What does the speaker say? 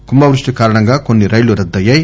కుంభవృష్టి కారణంగా కొన్ని రైళ్లు రద్దయ్యాయి